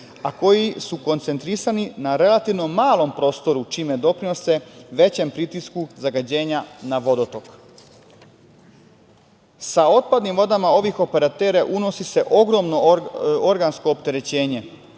a koji su koncentrisani na relativno malom prostoru, čime doprinose većem pritisku zagađenja na vodotok. Sa otpadnim vodama ovih operatera unosi se ogromno organsko opterećenje,